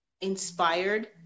inspired